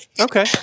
Okay